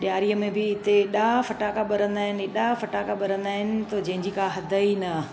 ॾियारीअ में बि हिते एॾा फटाका ॿरंदा आहिनि एॾा फटाका ॿरंदा आहिनि जंहिंजी का हद ई न